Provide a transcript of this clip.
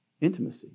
intimacy